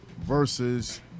versus